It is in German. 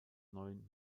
neuen